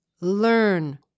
learn